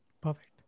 Perfect